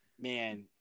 Man